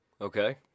Okay